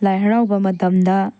ꯂꯥꯏ ꯍꯔꯥꯎꯕ ꯃꯇꯝꯗ